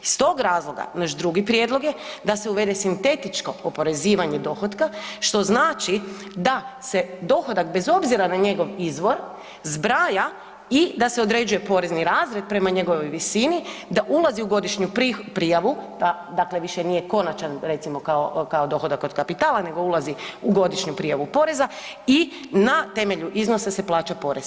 Iz tog razloga, naš drugi prijedlog je da se uvede sintetičko oporezivanje dohotka, što znači da se dohodak, bez obzira na njegov izvor, zbraja i da se određuje porezni razred prema njegovoj visini, da ulazi u godišnju prijavu, dakle da više nije konačan, recimo, kao dohodak od kapitala nego ulazu u godišnju prijavu poreza i na temelju iznosa se plaća porez.